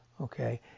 okay